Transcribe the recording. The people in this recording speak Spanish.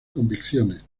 convicciones